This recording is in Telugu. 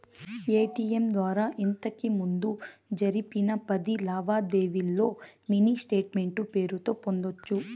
ఎటిఎం ద్వారా ఇంతకిముందు జరిపిన పది లావాదేవీల్లో మినీ స్టేట్మెంటు పేరుతో పొందొచ్చు